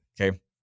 okay